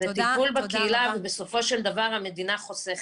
בטיפול בקהילה בסופו של דבר המדינה חוסכת,